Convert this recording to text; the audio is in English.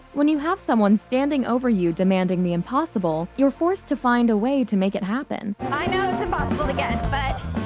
when you have someone standing over you demanding the impossible, you're forced to find a way to make it happen. i know it's impossible to get but,